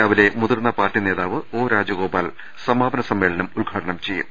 രാവിലെ മുതിർന്ന പാർട്ടി നേതാവ് ഒ രാജഗോ പാൽ സമാപന സമ്മേളനം ഉദ്ഘാടനം ചെയ്യും